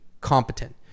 competent